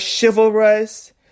chivalrous